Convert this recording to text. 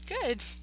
good